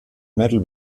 metal